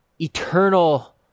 eternal